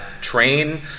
train